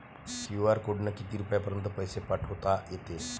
QR कोडनं किती रुपयापर्यंत पैसे पाठोता येते?